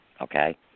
okay